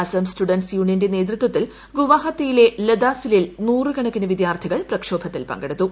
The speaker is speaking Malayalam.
അസം സ്റ്റുഡൻസ് യൂണിയന്റെ നേതൃത്വത്തിൽ ഗുവാഹത്തിയിലെ ലതാസിലിൽ നൂറുക്കണക്കിന് വിദ്യാർത്ഥികൾ പ്രക്ഷോഭത്തിൽ പങ്കെടുത്തു